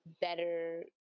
better